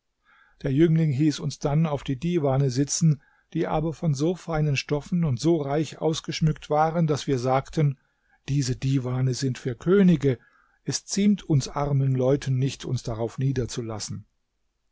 der jüngling hieß uns dann auf die diwane sitzen die aber von so feinen stoffen und so reich ausgeschmückt waren daß wir sagten diese diwane sind für könige es ziemt uns armen leuten nicht uns darauf niederzulassen